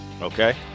Okay